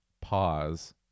pause